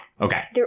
Okay